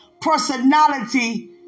personality